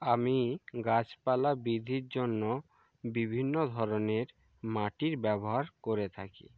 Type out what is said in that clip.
আমি গাছপালা বিধির জন্য বিভিন্ন ধরনের মাটির ব্যবহার করে থাকি